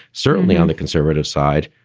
certainly on the conservative side.